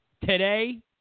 today